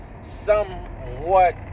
somewhat